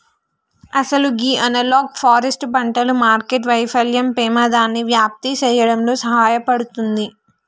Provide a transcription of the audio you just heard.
అసలు గీ analog forest పంటలు మార్కెట్టు వైఫల్యం పెమాదాన్ని వ్యాప్తి సేయడంలో సహాయపడుతుంది